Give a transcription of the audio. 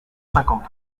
cinquante